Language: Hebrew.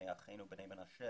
מאחינו בני מנשה,